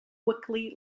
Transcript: quickly